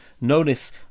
Notice